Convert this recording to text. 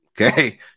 Okay